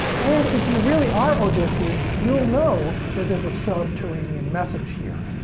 and if you really are odysseus, you'll know that there's a subterranean message here.